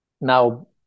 now